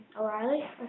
O'Reilly